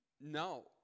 No